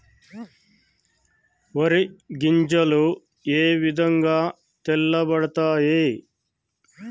వరి గింజలు ఏ విధంగా తెల్ల పడతాయి?